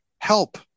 help